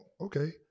Okay